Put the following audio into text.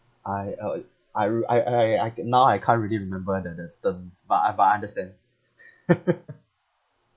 I uh uh I r~ I I I ca~ now I can't really remember the the term but I but I understand